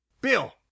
Bill